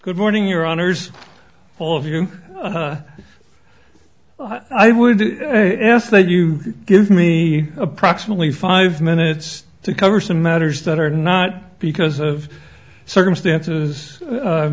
good morning your honour's all of you well i would ask that you give me approximately five minutes to cover some matters that are not because of circumstances